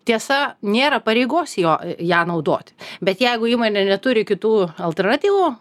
tiesa nėra pareigos jo ją naudoti bet jeigu įmonė neturi kitų alternatyvų